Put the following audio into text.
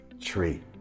tree